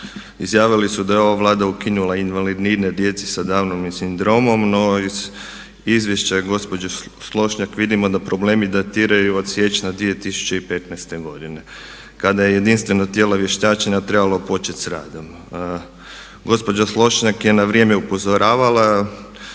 izjavili su da je ova Vlada ukinula invalidnine djeci sa Downovim sindromom. No, iz izvješća gospođe Slonjšak vidimo da problemi datiraju od siječnja 2015. godine kada je jedinstveno tijelo vještačenja trebalo početi sa radom. Gospođa Slonjšak je na vrijeme upozoravala,